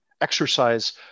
exercise